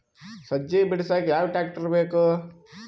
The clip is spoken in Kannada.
ಸಜ್ಜಿ ಬಿಡಸಕ ಯಾವ್ ಟ್ರ್ಯಾಕ್ಟರ್ ಬೇಕು?